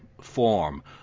form